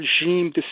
regime